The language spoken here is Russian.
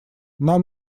нам